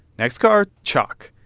next car chalk.